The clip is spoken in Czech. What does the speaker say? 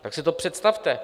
Tak si to představte.